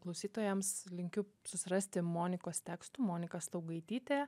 klausytojams linkiu susirasti monikos tekstų monika staugaitytė